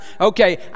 okay